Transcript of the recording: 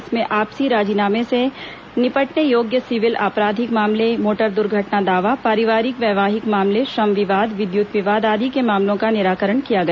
इसमें आपसी राजीनामे से निपटने योग्य सिविल आपराधिक मामले मोटर द्र्घटना दावा पारिवारिक वैवाहिक मामले श्रम विवाद विद्युत विवाद आदि के मामलों का निराकरण किया गया